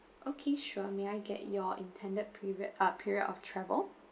okay sure may I get your intended period uh period of travel